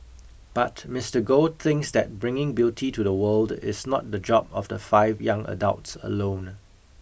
but Mister Goh thinks that bringing beauty to the world is not the job of the five young adults alone